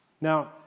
Now